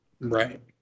Right